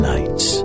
Nights